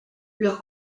leurs